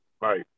Right